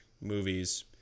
movies